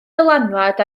dylanwad